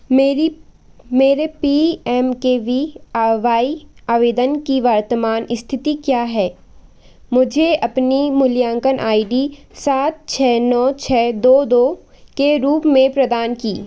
मेरी मेरे P M K V Y आवेदन की वर्तमान स्थिति क्या है मुझे अपनी मूल्यांकन आई डी सात छः नौ छः दो दो के रूप में प्रदान की